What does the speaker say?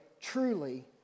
truly